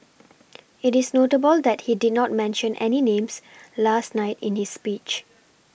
it is notable that he did not mention any names last night in his speech